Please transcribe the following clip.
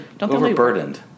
overburdened